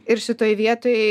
ir šitoj vietoj